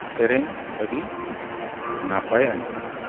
ᱥᱮᱨᱮᱧ ᱟᱹᱰᱤ ᱱᱟᱯᱟᱭ ᱟᱸᱡᱚᱢᱚᱜᱼᱟ